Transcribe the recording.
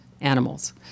animals